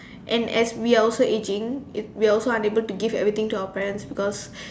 and as we are also aging we we are also unable to give everything to our parents because